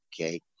okay